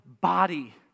body